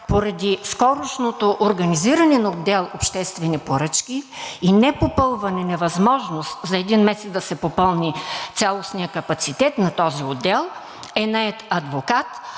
поради скорошното организиране на отдел „Обществени поръчки“ и непопълване на възможност за един месец да се попълни цялостният капацитет на този отдел, е нает адвокат